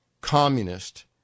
communist